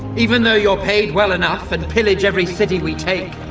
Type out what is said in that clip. even though you're paid well enough and pillage every city we take.